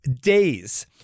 days